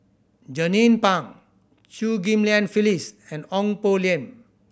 Jernnine Pang Chew Ghim Lian Phyllis and Ong Poh Lim